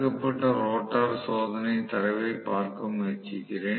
தடுக்கப்பட்ட ரோட்டார் சோதனை தரவைப் பார்க்க முயற்சிக்கிறேன்